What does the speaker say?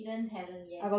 hidden talent yes